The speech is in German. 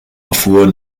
erfuhr